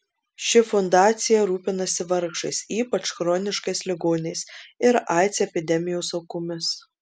ši fundacija rūpinasi vargšais ypač chroniškais ligoniais ir aids epidemijos aukomis